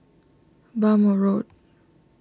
Bhamo Road